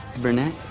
Burnett